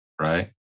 right